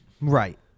Right